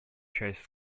часть